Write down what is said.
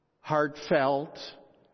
heartfelt